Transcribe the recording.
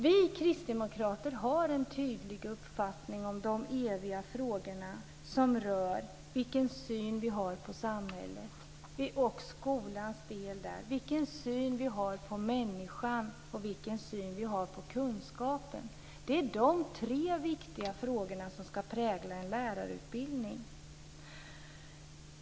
Vi kristdemokrater har en tydlig uppfattning om de eviga frågorna. De rör vilken syn vi har på samhället, och skolans del i det, och vilken syn vi har på människan och på kunskapen. Det är de tre viktiga frågorna som ska prägla en lärarutbildning.